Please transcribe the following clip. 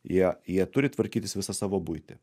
jie jie turi tvarkytis visą savo buitį